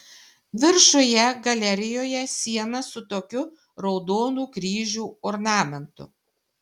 viršuje galerijoje siena su tokiu raudonų kryžių ornamentu